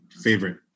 favorite